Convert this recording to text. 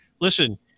listen